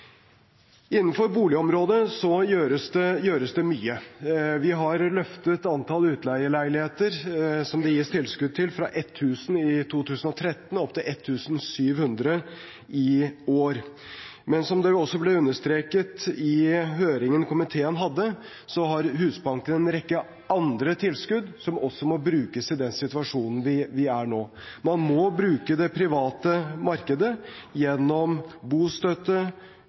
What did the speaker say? Innenfor boligområdet gjøres det mye. Vi har løftet antall utleieleiligheter som det gis tilskudd til, fra 1 000 i 2013 opp til 1 700 i år. Men som det også ble understreket i høringen komiteen hadde, så har Husbanken en rekke andre tilskudd som også må brukes i den situasjonen vi er i nå. Vi må bruke det private markedet gjennom bostøtte,